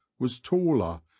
was taller,